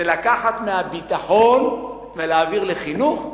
זה לקחת מהביטחון ולהעביר לחינוך,